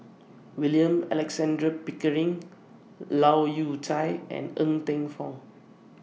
William Alexander Pickering Leu Yew Chye and Ng Teng Fong